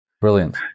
Brilliant